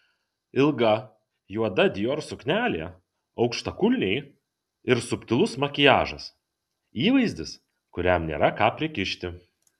ilga juoda dior suknelė aukštakulniai ir subtilus makiažas įvaizdis kuriam nėra ką prikišti